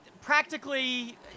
practically